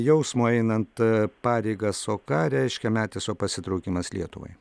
jausmo einant pareigas o ką reiškia metiso pasitraukimas lietuvai